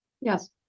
Yes